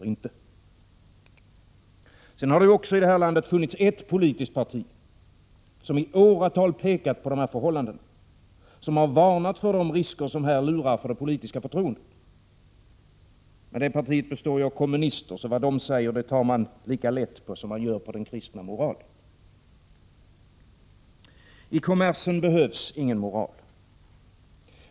Sedan har det här i landet funnits ett politiskt parti, som i åratal pekat på de här förhållandena, som har varnat för de risker som här lurar för det politiska förtroendet. Men det partiet består ju av kommunister, så vad de säger tar man lika lätt på som på den kristna moralen. I kommersen behövs ingen moral.